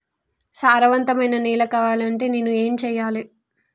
సారవంతమైన నేల కావాలంటే నేను ఏం చెయ్యాలే?